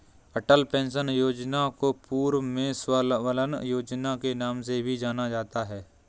अटल pension योजना को पूर्व में स्वाबलंबन योजना के नाम से भी जाना जाता था